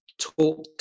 talk